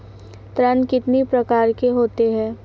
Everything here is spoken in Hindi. ऋण कितनी प्रकार के होते हैं?